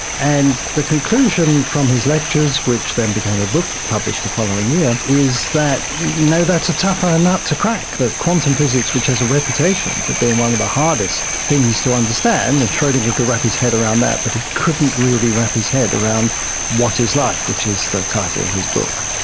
and the conclusion from his lectures which then became a book, published the following year, is that, no, that's a tougher nut to crack than quantum physics, which has a reputation for being one of the hardest things to understand, and schrodinger could wrap his head around that but he couldn't really wrap his head around what is life, which is the title of his book.